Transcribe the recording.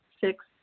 Six